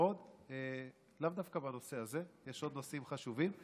עוד נושאים חשובים,